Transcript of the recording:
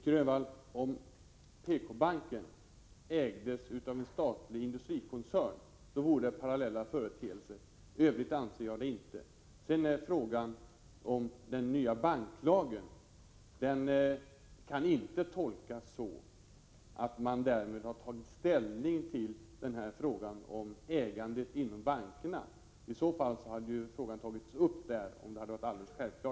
Fru talman! Om PK-banken ägdes av en statlig industrikoncern, Nic Grönvall, vore det parallella företeelser. I övrigt anser jag inte det. Sedan till frågan om den nya banklagen. Den kan inte tolkas så att man därmed har tagit ställning till frågan om ägandet inom bankerna. Om så hade varit fallet hade ju frågan tagits upp där.